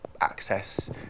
access